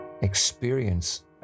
experience